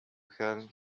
help